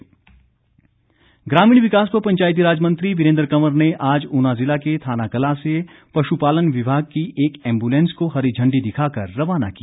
वीरेंद्र कंवर ग्रामीण विकास व पंचायतीराज मंत्री वीरेंद्र कंवर ने आज ऊना ज़िला के थाना कलां से पशुपालन विभाग की एक एम्बुलेंस को हरीझंडी दिखाकर रवाना किया